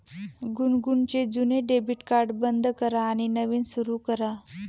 गुनगुनचे जुने debit card बंद करा आणि नवीन सुरू करा